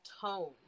tone